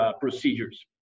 procedures